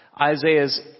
Isaiah's